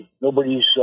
nobody's